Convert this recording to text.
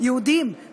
לנו